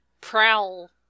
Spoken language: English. Prowl